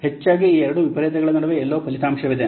ಆದ್ದರಿಂದ ಹೆಚ್ಚಾಗಿ ಈ ಎರಡು ವಿಪರೀತಗಳ ನಡುವೆ ಎಲ್ಲೋ ಫಲಿತಾಂಶವಿದೆ